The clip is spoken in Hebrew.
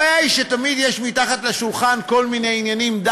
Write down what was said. הבעיה היא שתמיד יש מתחת לשולחן כל מיני עניינים.